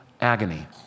agony